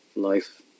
life